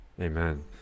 amen